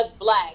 black